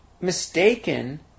mistaken